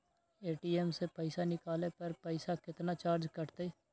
ATM से पईसा निकाले पर पईसा केतना चार्ज कटतई?